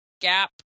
gap